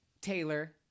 Taylor